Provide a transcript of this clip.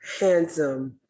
handsome